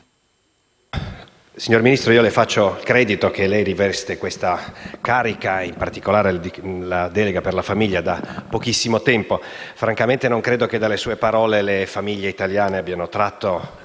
Signor Ministro, riconosco che lei riveste questa carica, e in particolare ha avuto la delega per la famiglia, da pochissimo tempo ma francamente non credo che dalle sue parole le famiglie italiane abbiano tratto